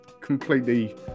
completely